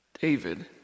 David